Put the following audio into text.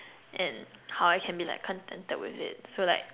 and how I can be like contented with it so like